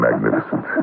magnificent